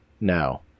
No